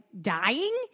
dying